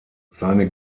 seine